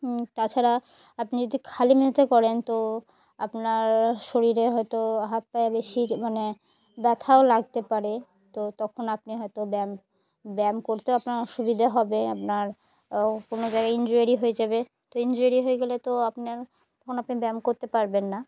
তাছাড়া আপনি যদি খালি মেঝে করেন তো আপনার শরীরে হয়তো হাত পায়ে বেশি মানে ব্যথাও লাগতে পারে তো তখন আপনি হয়তো ব্যায়াম ব্যায়াম করতেও আপনার অসুবিধে হবে আপনার কোনো জায়গায় ইনজুরি হয়ে যাবে তো ইনজুরি হয়ে গেলে তো আপনার তখন আপনি ব্যায়াম করতে পারবেন না